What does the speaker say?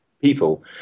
people